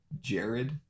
Jared